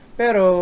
pero